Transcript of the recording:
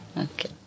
Okay